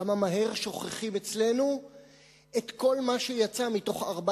כמה מהר שוכחים אצלנו את כל מה שיצא מארבע